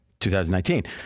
2019